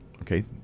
Okay